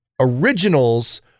originals